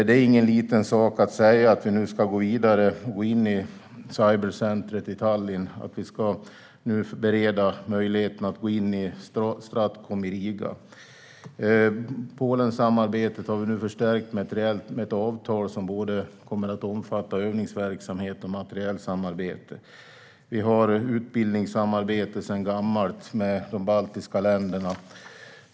Det är ingen liten sak att vi nu ska gå vidare in i Cyber Defence Center of Excellence i Tallinn och att vi ska bereda möjligheten att gå in i Stratcom i Riga. Polensamarbetet har vi nu förstärkt reellt med ett avtal som kommer att omfatta både övningsverksamhet och materielsamarbete. Vi har sedan gammalt utbildningssamarbete med de baltiska länderna.